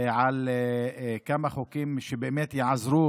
על כמה חוקים שבאמת יעזרו